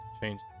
change